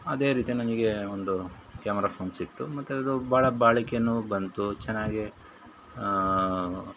ಅದೇ ರೀತಿ ನನಗೆ ಒಂದು ಕ್ಯಾಮೆರಾ ಫೋನ್ ಸಿಕ್ತು ಮತ್ತು ಅದು ಭಾಳ ಬಾಳಿಕೆನೂ ಬಂತು ಚೆನ್ನಾಗೇ